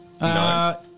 No